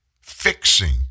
fixing